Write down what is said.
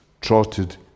trotted